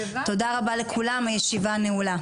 תודה רבה לכולם, הישיבה נעולה.